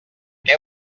què